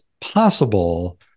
possible